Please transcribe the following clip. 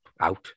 out